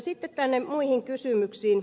sitten muihin kysymyksiin